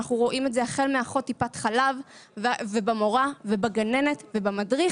אנחנו רואים את זה החל מאחות טיפת חלב ובמורה ובגננת ובמדריך